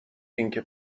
اینکه